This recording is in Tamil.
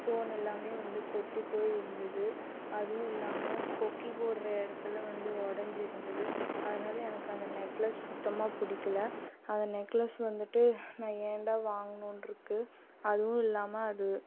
ஸ்டோன் எல்லாம் வந்து கொட்டி போயி இருந்தது அதுவும் இல்லாமல் கொக்கி போடுற இடத்துல வந்து உடைஞ்சி இருந்தது அதனால் எனக்கு அந்த நெக்லஸ் சுத்தமாக பிடிக்கல அந்த நெக்லஸ் வந்துட்டு நான் ஏன்டா வாங்குனோன்ருக்கு அதுவும் இல்லாமல் அது